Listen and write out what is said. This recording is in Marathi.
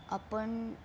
आपण